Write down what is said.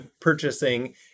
purchasing